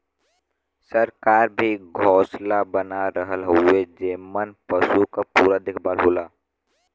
सरकार भी गौसाला बना रहल हउवे जेमन पसु क पूरा देखभाल होला